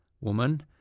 Woman